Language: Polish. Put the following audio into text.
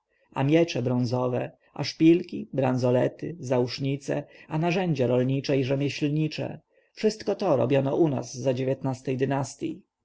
miecze bronzowe a szpilki branzolety zausznice a narzędzia rolnicze i rzemieślnicze wszystko to robiono u nas za